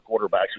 quarterbacks